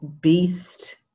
Beast